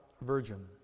virgin